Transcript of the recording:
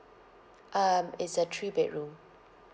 um it's a three bedroom